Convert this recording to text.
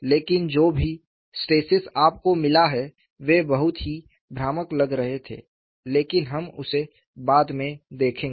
लेकिन जो भी स्ट्रेसेस आपको मिला है वे बहुत ही भ्रामक लग रहे थे लेकिन हम उसे बाद में देखेंगे